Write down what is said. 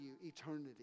eternity